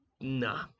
nah